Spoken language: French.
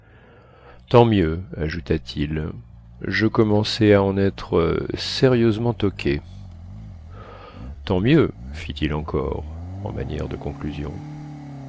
tant mieux ajouta-t-il je commençais à en être sérieusement toqué tant mieux fit-il encore en manière de conclusion